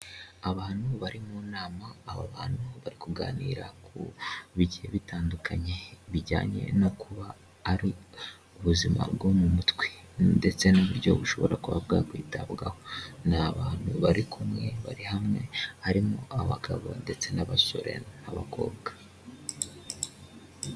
Abantu bari mu nama. Aba bantu bari kuganira ku bigiye bitandukanye bijyanye no kuba ari ubuzima bwo mu mutwe ndetse n'uburyo bushobora kuba bwakwitabwaho. Ni abantu bari kumwe bari hamwe harimo abagabo ndetse n'abasore n'abakobwa.